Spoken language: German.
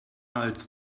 als